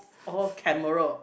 all camera